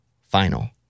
final